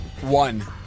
One